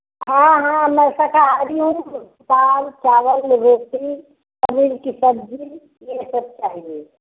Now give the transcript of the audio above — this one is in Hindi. हाँ हाँ मैं शाकाहारी हूँ दाल चावल रोटी पनीर की सब्ज़ी ये सब चाहिए